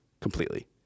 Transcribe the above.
completely